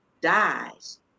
dies